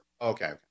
Okay